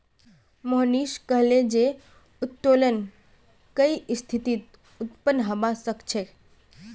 मोहनीश कहले जे उत्तोलन कई स्थितित उत्पन्न हबा सख छ